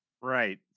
Right